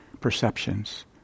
perceptions